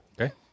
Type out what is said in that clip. Okay